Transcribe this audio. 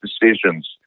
decisions